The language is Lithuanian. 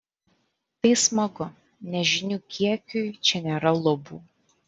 tai smagu nes žinių kiekiui čia nėra lubų